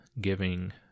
Giving